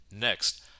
Next